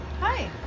Hi